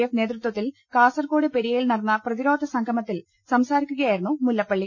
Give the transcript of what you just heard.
F നേതൃത്വത്തിൽ കാസർകോട് പെരിയയിൽ നടന്ന പ്രതി രോധ സംഗമത്തിൽ സംസാരിക്കുകയായിരുന്നു മുല്ലപ്പള്ളി